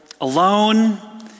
alone